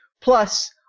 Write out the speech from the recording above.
plus